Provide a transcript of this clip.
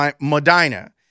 Medina